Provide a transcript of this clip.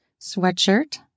sweatshirt